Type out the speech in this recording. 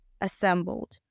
assembled